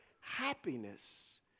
happiness